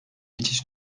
geçiş